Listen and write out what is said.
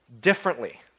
differently